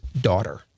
daughter